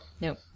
Nope